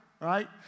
right